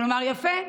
כלומר יפה,